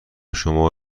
شما